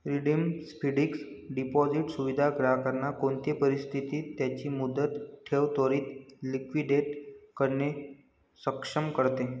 redeemed fixed deposit सुविधा ग्राहकांना कोणते परिस्थितीत त्यांची मुदत ठेव त्वरीत लिक्विडेट करणे सक्षम करते